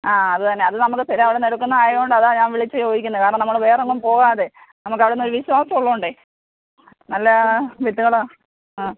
ആ അതുതന്നെ അത് നമുക്ക് സ്ഥിരം അവിടുന്ന് എടുക്കുന്നതായത് കൊണ്ട് അതാ ഞാൻ വിളിച്ചു ചോദിക്കുന്നത് കാരണം നമ്മൾ വെറെങ്ങും പോകാതെ നമുക്ക് അവിടുന്ന് ഒരു വിശ്വാസമുള്ളത് കൊണ്ട് നല്ല വിത്തുകളാണ് ആ